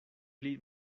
pli